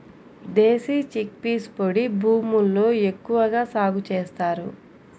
దేశీ chickpeas పొడి భూముల్లో ఎక్కువగా సాగు చేస్తారు